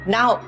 Now